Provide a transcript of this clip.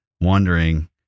wondering